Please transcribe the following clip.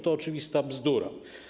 To oczywista bzdura.